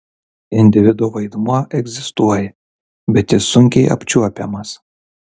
individo vaidmuo egzistuoja bet jis sunkiai apčiuopiamas